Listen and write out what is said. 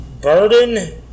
Burden